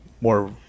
more